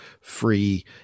free